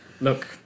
Look